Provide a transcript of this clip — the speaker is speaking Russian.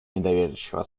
недоверчиво